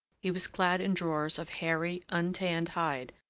he was clad in drawers of hairy, untanned hide,